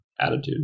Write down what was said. attitude